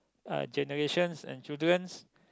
uh generations and children's